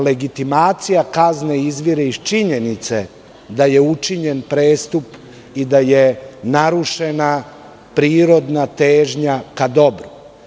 Legitimacija kazne izvire iz činjenice da je učinjen prestup i da je narušena prirodna težnja ka dobru.